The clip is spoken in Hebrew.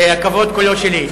הכבוד כולו שלי.